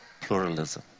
pluralism